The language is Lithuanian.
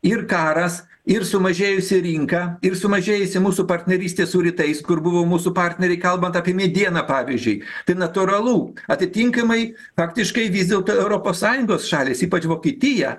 ir karas ir sumažėjusi rinka ir sumažėjusi mūsų partnerystė su rytais kur buvo mūsų partneriai kalbant apie medieną pavyzdžiui tai natūralu atitinkamai faktiškai vis dėlto europos sąjungos šalys ypač vokietija